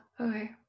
Okay